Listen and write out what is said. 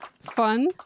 fun